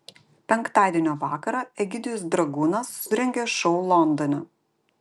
penktadienio vakarą egidijus dragūnas surengė šou londone